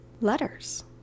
letters